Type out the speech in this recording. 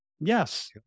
Yes